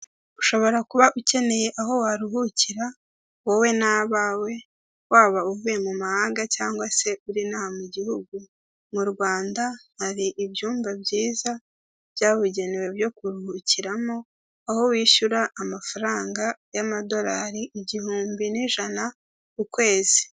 Ushobora kuba ukeneye aho waruhukira wowe n'abawe, waba uvuye mu mahanga cyangwa uri ino aha mu gihugu. Mu Rwanda hari ibyumba byiza byabugenewe byo kuruhukiramo, aho wishyura amafaranga y'amadorari igihumbi n'ijana, ku kwezi.